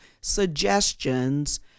suggestions